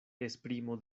esprimo